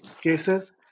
cases